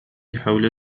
حول